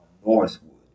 Northwood